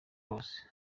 bose